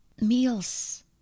Meals